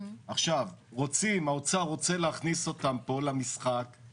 עכשיו האוצר רוצה להכניס אותם למשחק פה,